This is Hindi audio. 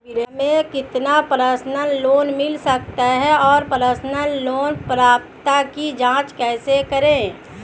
हमें कितना पर्सनल लोन मिल सकता है और पर्सनल लोन पात्रता की जांच कैसे करें?